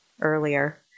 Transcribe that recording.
earlier